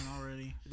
already